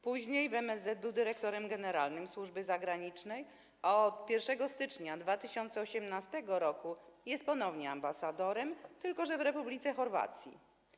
Później w MSZ był dyrektorem generalnym służby zagranicznej, a od 1 stycznia 2018 r. jest ponownie ambasadorem, tylko że w Republice Chorwacji.